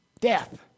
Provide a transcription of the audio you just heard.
Death